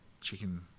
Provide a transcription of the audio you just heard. chicken